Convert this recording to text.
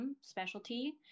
specialty